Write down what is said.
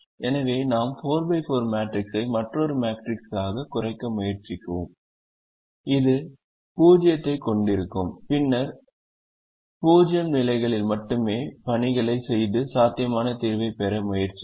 எனவே நாம் 4 x 4 மேட்ரிக்ஸை மற்றொரு மேட்ரிக்ஸாகக் குறைக்க முயற்சிக்கவும் இது 0 ஐக் கொண்டிருக்கும் பின்னர் 0 நிலைகளில் மட்டுமே பணிகளைச் செய்து சாத்தியமான தீர்வைப் பெற முயற்சிக்கவும்